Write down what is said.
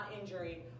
injury